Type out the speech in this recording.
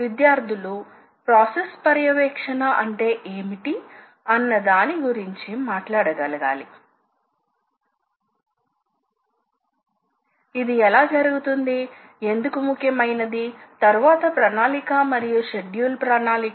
power electronics మరియు నియంత్రణ లను ఉపయోగించి ఈ డ్రైవ్ లు వాస్తవంగా ఎలా గ్రహించ పడతాయో మనం చూద్దాం